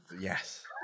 Yes